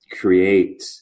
create